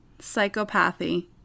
psychopathy